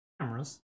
cameras